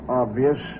obvious